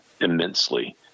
immensely